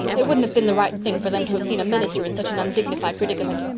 it wouldn't have been the right thing for them to have seen a minister in such an undignified predicament.